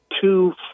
two